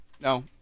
No